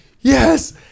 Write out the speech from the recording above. yes